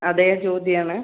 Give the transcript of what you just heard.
അതെ ജ്യോതി ആണ്